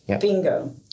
bingo